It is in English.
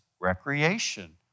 recreation